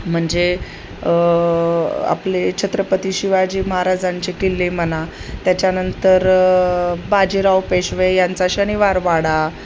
म्हणजे आपले छत्रपती शिवाजी महाराजांचे किल्ले म्हणा त्याच्यानंतर बाजीराव पेशवे यांचा शनिवार वाडा